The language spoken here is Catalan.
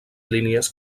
línies